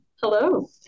Hello